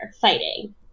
fighting